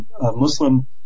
Muslim